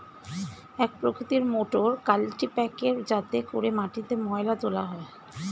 এক প্রকৃতির মোটর কাল্টিপ্যাকের যাতে করে মাটিতে ময়লা তোলা হয়